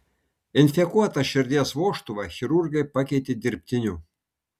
infekuotą širdies vožtuvą chirurgai pakeitė dirbtiniu